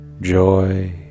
joy